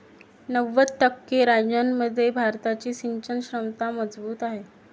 नव्वद टक्के राज्यांमध्ये भारताची सिंचन क्षमता मजबूत आहे